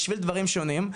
בשביל דברים שונים,